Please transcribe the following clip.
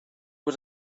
was